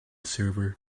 server